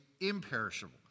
imperishable